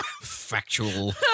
Factual